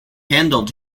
handled